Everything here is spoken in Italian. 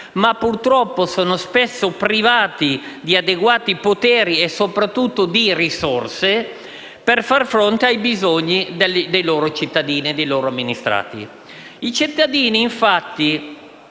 ma purtroppo sono spesso privati di adeguati poteri e soprattutto di risorse per far fronte ai bisogni dei loro cittadini e dei loro amministrati. I cittadini, infatti,